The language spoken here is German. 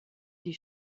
die